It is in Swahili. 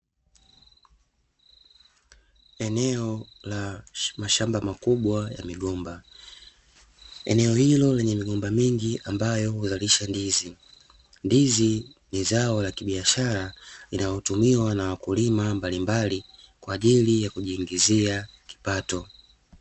Eneo la mashamba makubwa ya migomba eneo hilo lenye migomba mingi ambayo huzalisha ndizi, ndizi ni zao la kibiashara linalotumiwa na wakulima mbalimbali kwa ajili ya kujiingizia kipato.